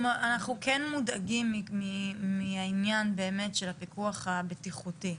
אנחנו כן מודאגים מהעניין באמת של הפיקוח הבטיחותי.